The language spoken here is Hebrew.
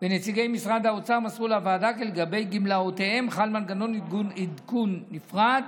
ונציגי משרד האוצר מסרו לוועדה כי לגבי גמלאותיהם חל מנגנון עדכון נפרד,